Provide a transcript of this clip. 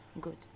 Good